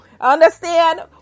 understand